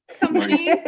company